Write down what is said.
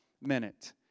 minute